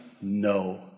no